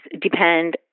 depend